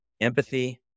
empathy